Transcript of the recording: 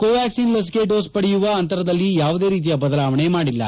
ಕೋವ್ಯಾಕ್ಪಿನ್ ಲಸಿಕೆ ಡೋಸ್ ಪಡೆಯುವ ಅಂತರದಲ್ಲಿ ಯಾವುದೇ ರೀತಿಯ ಬದಲಾವಣೆ ಮಾಡಿಲ್ಲ